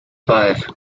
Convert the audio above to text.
five